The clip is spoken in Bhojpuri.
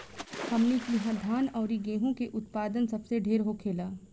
हमनी किहा धान अउरी गेंहू के उत्पदान सबसे ढेर होखेला